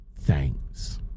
Thanks